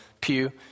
pew